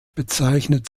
bezeichnet